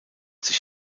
sich